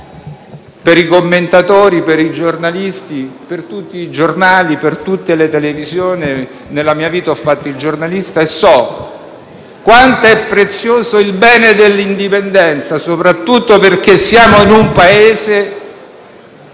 per i commentatori, per i giornalisti, per tutti i giornali e per tutte le televisioni. Nella mia vita ho fatto il giornalista e so quanto è prezioso il bene dell'indipendenza, soprattutto perché siamo in un Paese